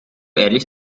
ehrlich